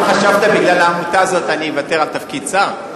מה חשבת, בגלל העמותה הזאת אני אוותר על תפקיד שר?